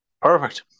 Perfect